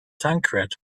tancred